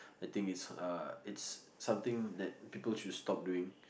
I think it's uh it's something that people should stop doing